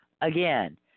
again